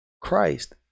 Christ